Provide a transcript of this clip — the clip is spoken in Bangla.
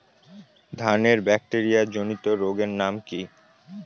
ধানের ব্যাকটেরিয়া জনিত রোগের নাম কি?